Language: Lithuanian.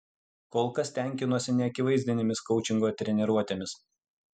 kol kas tenkinuosi neakivaizdinėmis koučingo treniruotėmis